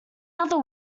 other